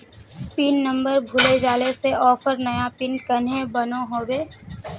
Pin number भूले जाले से ऑफर नया पिन कन्हे बनो होबे?